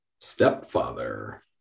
Stepfather